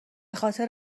خاطر